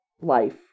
life